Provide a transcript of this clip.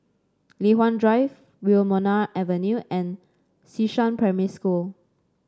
Li Hwan Drive Wilmonar Avenue and Xishan Primary School